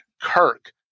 Kirk